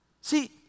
See